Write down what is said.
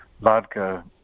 vodka